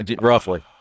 roughly